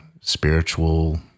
spiritual